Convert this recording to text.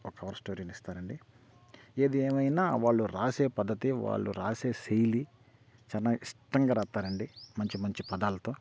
ఒక కవర్ స్టోరీని ఇస్తారండి ఏది ఏమైనా వాళ్ళు రాసే పద్ధతి వాళ్ళు రాసే శైలి చానా ఇష్టంగా రాస్తారండి మంచి మంచి పదాలతో